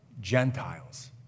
Gentiles